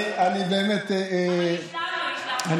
אבל השלמנו, השלמנו.